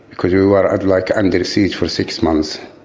because we were like under siege for six months